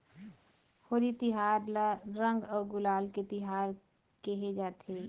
होरी तिहार ल रंग अउ गुलाल के तिहार केहे जाथे